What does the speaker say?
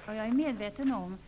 Herr talman! Jag är medveten om